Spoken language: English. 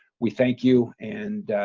we thank you. and